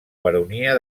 baronia